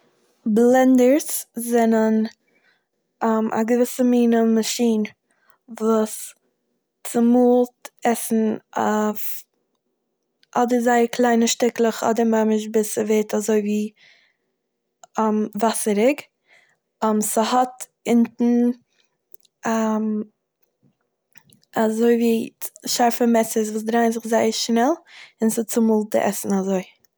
בלענדערס זענען א געוויסע מינע מאשין וואס צומאלט עסן אויף אדער זייער קליינע שטיקלעך, אדער ממש ביז ס'ווערט אזויווי וואסעריג. ס'האט אינטן אזויווי צ- שארפע מעסערס וואס דרייען זיך זייער שנעל, און ס'צומאלט די עסן אזוי.